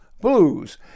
Blues